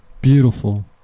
Beautiful